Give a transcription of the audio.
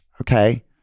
Okay